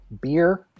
beer